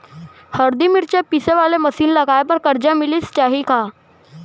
हरदी, मिरचा पीसे वाले मशीन लगाए बर करजा मिलिस जाही का?